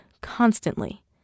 constantly